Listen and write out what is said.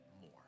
more